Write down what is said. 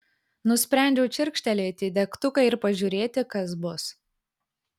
nusprendžiau čirkštelėti degtuką ir pažiūrėti kas bus